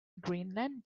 greenland